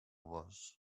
was